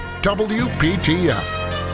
WPTF